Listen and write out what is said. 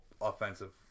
offensive